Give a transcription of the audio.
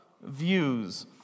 views